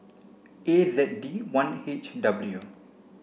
A Z D one H W